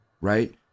right